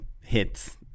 hits